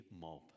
mob